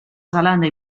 zelanda